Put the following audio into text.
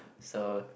so